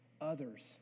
others